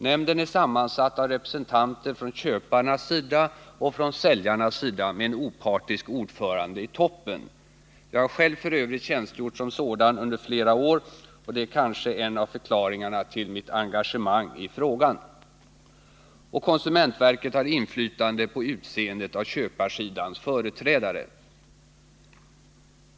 Nämnden är sammansatt av representanter från både köparnas och säljarnas sida och har en opartisk ordförande i toppen. Jag har själv f. ö. tjänstgjort som sådan under flera år, och det är kanske en av förklaringarna till mitt engagemang i frågan. Konsumentverket har inflytande när det gäller att utse köparsidans företrädare.